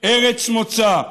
ארץ מוצא,